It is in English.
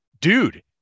dude